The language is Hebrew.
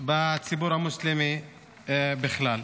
בציבור המוסלמי בכלל.